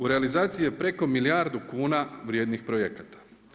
U realizaciji je preko milijardu kuna vrijednih projekata.